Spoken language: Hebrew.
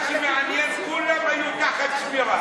מה שמעניין, כולן היו תחת שמירה.